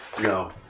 No